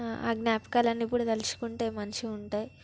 ఆ జ్ఞాపకాలన్నీ కూడా తలుచుకుంటే మంచిగా ఉంటాయి